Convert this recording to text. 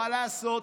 מה לעשות.